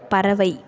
பறவை